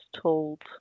told